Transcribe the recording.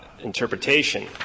interpretation